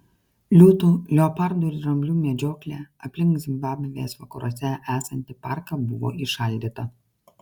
liūtų leopardų ir dramblių medžioklė aplink zimbabvės vakaruose esantį parką buvo įšaldyta